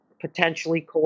potentially